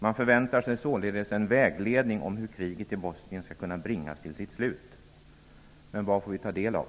Man förväntar sig således en vägledning om hur kriget i Bosnien skall kunna bringas till sitt slut. Men vad får vi ta del av?